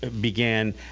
began